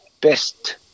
best